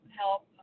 help